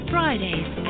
Fridays